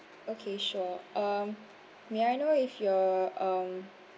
okay sure um may I know if you're um